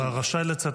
אתה רשאי לצטט.